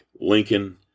Lincoln